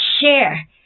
share